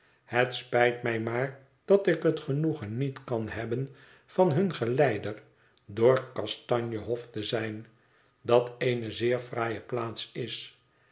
het spijt mij maar dat ik het genoegen niet kan hebben van hun geleider door kastanje hof te zijn dat eene zeer fraaie plaats is